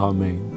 Amen